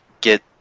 get